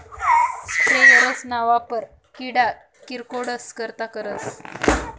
sprayers ना वापर किडा किरकोडस करता करतस